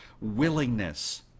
willingness